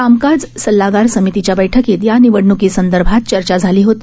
कामकाज सल्लागार समितीच्या बैठकीत या निवडणुकीसंदर्भात चर्चा झाली होती